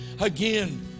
again